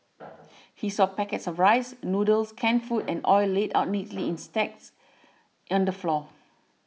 he saw packets of rice noodles canned food and oil laid out neatly in stacks under floor